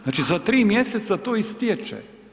Znači, za 3 mjeseca to istječe.